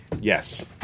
Yes